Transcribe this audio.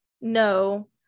no